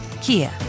Kia